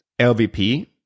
LVP